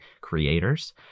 creators